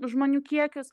žmonių kiekius